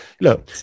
look